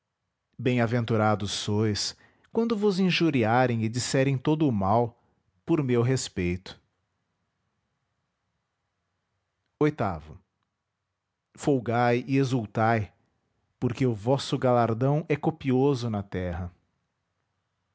bem-aventurados sois quando vos injuriarem e disserem todo o mal por meu respeito olgai e exultai porque o vosso galardão é copioso na terra